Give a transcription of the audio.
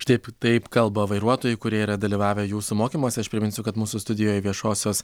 štai taip kalba vairuotojai kurie yra dalyvavę jūsų mokymuose aš priminsiu kad mūsų studijoje viešosios